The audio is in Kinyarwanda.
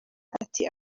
ati